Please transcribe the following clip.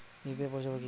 UPI পরিসেবা কি?